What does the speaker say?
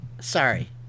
sorry